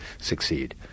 succeed